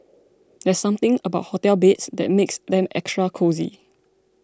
there's something about hotel beds that makes them extra cosy